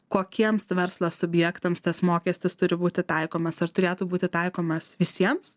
kokiems verslo subjektams tas mokestis turi būti taikomas ar turėtų būti taikomas visiems